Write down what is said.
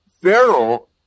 Pharaoh